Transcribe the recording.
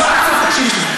תקשיבי,